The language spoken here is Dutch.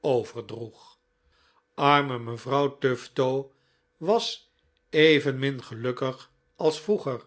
overdroeg arme mevrouw tutfo was evenmin gelukkig als vroeger